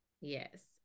Yes